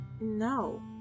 No